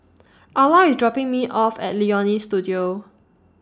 Arla IS dropping Me off At Leonie Studio